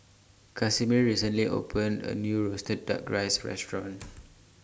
Casimir recently opened A New Roasted Duck Rice Restaurant